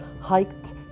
hiked